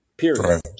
Period